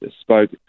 spoke